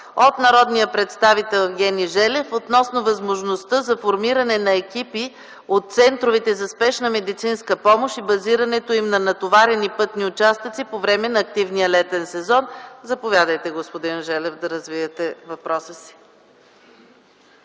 от народния представител Евгений Желев относно възможността за формиране на екипи от центровете за спешна медицинска помощ и базирането им на натоварени пътни участъци по време на активния летен сезон. Заповядайте, господин Желев, да развиете въпроса си.